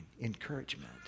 encouragement